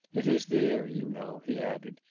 it is there, you know he added,